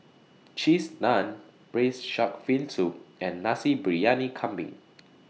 Cheese Naan Braised Shark Fin Soup and Nasi Briyani Kambing